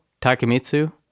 Takemitsu